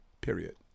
period